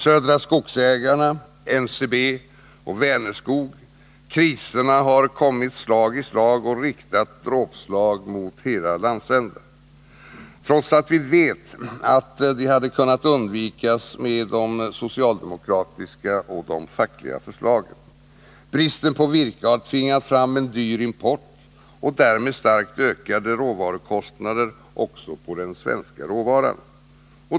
Södra Skogsägarna, NCB och Vänerskog — kriserna har kommit slag i slag och riktat dråpslag mot hela landsändar, trots att vi ver att det hade kunnat undvikas med de socialdemokratiska och fackliga förslagen. Bristen på virke har tvingat fram en dyr import och därmed en stark ökning av råvarukostnaderna också på den svenska råvaran.